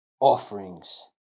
offerings